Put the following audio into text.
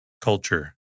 Culture